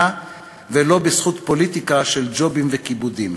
ולא בזכות פוליטיקה של ג'ובים וכיבודים.